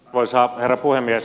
arvoisa herra puhemies